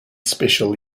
special